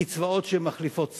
קצבאות שמחליפות שכר,